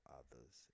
others